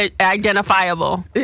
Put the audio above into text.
Identifiable